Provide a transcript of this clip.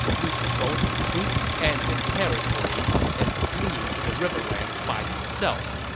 losing both his troops and his territory and fleeing to the riverlands by himself.